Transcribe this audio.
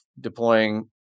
deploying